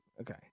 okay